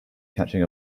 catching